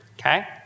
Okay